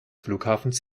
flughafens